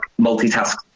multitask